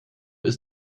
ist